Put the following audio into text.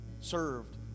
served